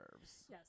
Yes